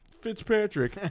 Fitzpatrick